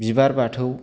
बिबार बाथौ